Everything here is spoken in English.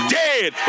dead